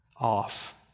off